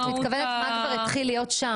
היא מדברת על הפרוצדורה.